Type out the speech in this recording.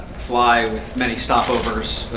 fly with many stopovers,